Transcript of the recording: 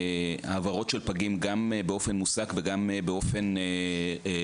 העברות של פגים גם באופן מוסק וגם באופן רכוב.